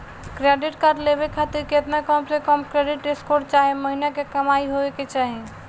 Credit card लेवे खातिर केतना कम से कम क्रेडिट स्कोर चाहे महीना के कमाई होए के चाही?